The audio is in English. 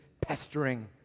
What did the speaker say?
pestering